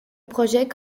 projet